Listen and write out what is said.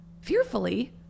fearfully